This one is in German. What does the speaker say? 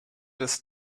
des